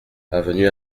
avenue